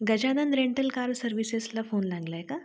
Gajanan rental car सर्विसेसला phone लागलाय का